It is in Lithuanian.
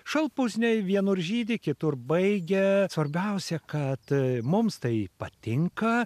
šalpusniai vienur žydi kitur baigia svarbiausia kad mums tai patinka